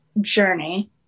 journey